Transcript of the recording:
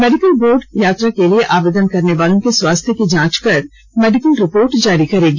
medical board यात्रा के लिए आवेदन करने वालों के स्वास्थ्य की जांच कर मेडिकल रिपोर्ट जारी करेगी